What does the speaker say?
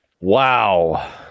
Wow